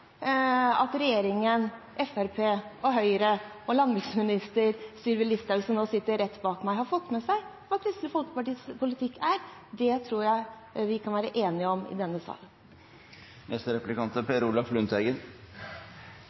landbruksminister Sylvi Listhaug, som nå sitter rett bak meg, har fått med seg hva Kristelig Folkepartis politikk er. Det tror jeg vi kan være enige om i denne